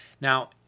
now